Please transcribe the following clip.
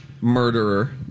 murderer